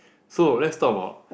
so let's talk about